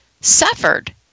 suffered